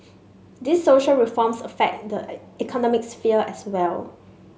these social reforms affect economic sphere as well